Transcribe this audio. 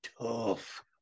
tough